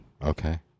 Okay